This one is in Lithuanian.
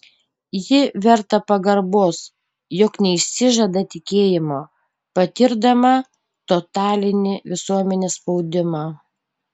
ji verta pagarbos jog neišsižada tikėjimo patirdama totalinį visuomenės spaudimą